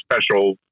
special